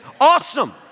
awesome